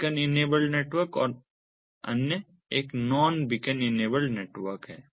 beacon enabled network और अन्य एक नॉन बीकन इनेबल्ड नेटवर्क है